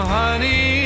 honey